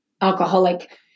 alcoholic